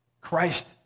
Christ